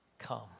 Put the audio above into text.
Come